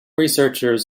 researchers